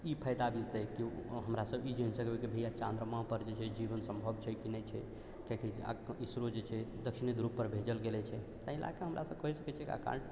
ई फाइदा मिलतै केओ हमरा भइया चन्द्रमा पर जीबन सम्भव छै कि नहि छै किएकि इसरो जे छै दक्षिणी ध्रुव पर भेजल गेले छै ताहि लेकऽ हमरा सभ कहि सकै छियै कि कारण